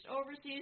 overseas